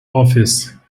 office